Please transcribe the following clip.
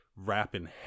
Rapping